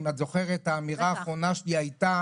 אם את זוכרת האמירה האחרונה הייתה